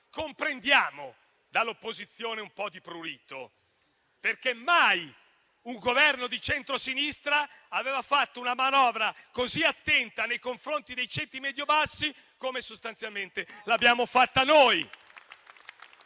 comprendiamo dall'opposizione un po' di prurito, perché mai un Governo di centrosinistra aveva fatto una manovra così attenta nei confronti dei ceti medio bassi come sostanzialmente abbiamo fatto noi.